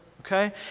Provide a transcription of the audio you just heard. okay